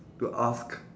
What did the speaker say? to ask